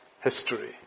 history